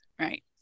right